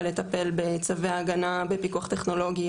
לטפל בצווי ההגנה בפיקוח טכנולוגי,